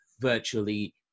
virtually